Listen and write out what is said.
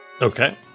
okay